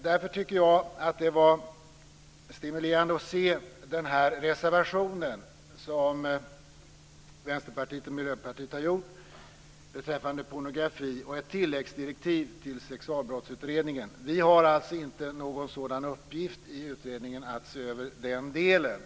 Därför tycker jag att det var stimulerande att se den reservation som Vänsterpartiet och Miljöpartiet har lämnat beträffande pornografi om ett tilläggsdirektiv till Sexualbrottsutredningen. Vi har alltså inte någon sådan uppgift i utredningen att se över den delen.